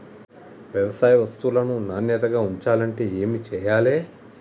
వ్యవసాయ వస్తువులను నాణ్యతగా ఉంచాలంటే ఏమి చెయ్యాలే?